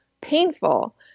painful